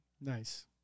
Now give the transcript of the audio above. Nice